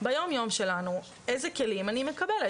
ביום יום שלנו אילו כלים אני מקבלת.